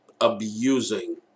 abusing